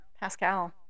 Pascal